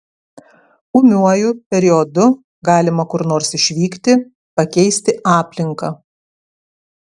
ūmiuoju periodu galima kur nors išvykti pakeisti aplinką